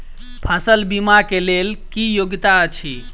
फसल बीमा केँ लेल की योग्यता अछि?